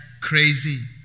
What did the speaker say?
crazy